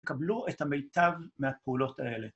‫לקבלו את המיטב מהפעולות האלה.